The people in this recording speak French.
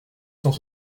cent